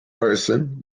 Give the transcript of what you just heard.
person